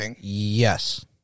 Yes